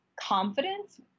confidence